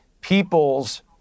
people's